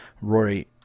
Rory